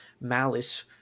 Malice